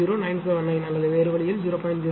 00979 அல்லது வேறு வழியில் 0